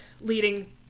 leading